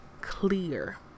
clear